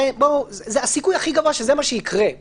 זה הסיכוי הכי גבוה שזה מה שיקרה.